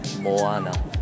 Moana